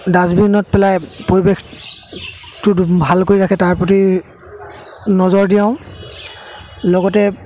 ডাষ্টবিনত পেলাই পৰিৱেশটো ভালকৈ ৰাখে তাৰ প্ৰতি নজৰ দিওঁ লগতে